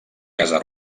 casa